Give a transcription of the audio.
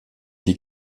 die